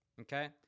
Okay